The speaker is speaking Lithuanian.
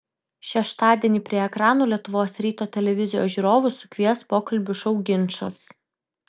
šeštadienį prie ekranų lietuvos ryto televizijos žiūrovus sukvies pokalbių šou ginčas